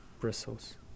Bristles